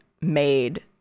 made